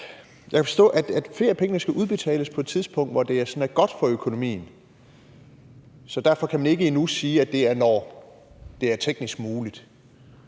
jeg kan forstå, at feriepengene skal udbetales på et tidspunkt, hvor det sådan er godt for økonomien, så derfor kan man endnu ikke sige, at det er, når det er teknisk muligt.